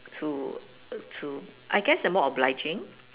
to to I guess they're more obliging